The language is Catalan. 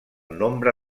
nombre